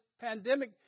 pandemic